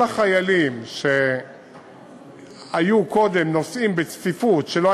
כל החיילים שקודם נסעו בצפיפות שלא